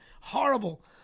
Horrible